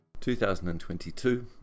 2022